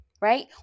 right